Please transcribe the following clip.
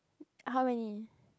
how many